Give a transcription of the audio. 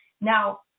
now